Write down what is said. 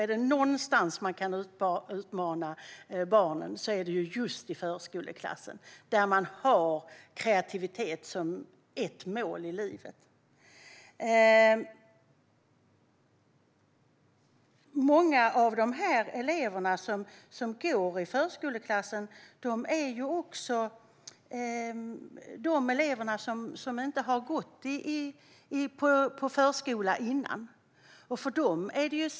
Är det någonstans som man kan utmana barnen är det just i förskoleklassen där man har kreativitet som ett mål i livet. Många av de elever som går i förskoleklass har inte gått i förskola innan.